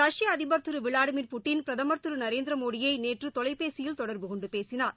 ரஷ்ய அதிபர் திரு விளாடிமீர் புட்டின் பிரதமர் திரு நரேந்திர மோடியை நேற்று தொலைபேசியில் தொடர்புகொண்டு பேசினார்